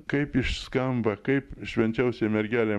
kaip iš skamba kaip švenčiausioji mergelė